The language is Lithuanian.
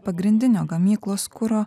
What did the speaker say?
pagrindinio gamyklos kuro